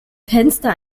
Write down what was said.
fenster